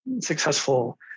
successful